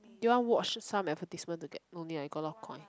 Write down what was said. do you want to watch some advertisement to get no need ah you got a lot of coin